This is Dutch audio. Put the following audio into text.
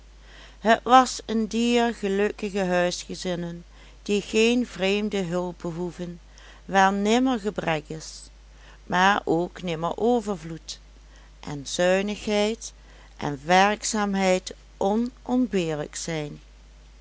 het was een dier gelukkige huisgezinnen die geen vreemde hulp behoeven waar nimmer gebrek is maar ook nimmer overvloed en zuinigheid en werkzaamheid onontbeerlijk zijn